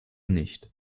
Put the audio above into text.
nicht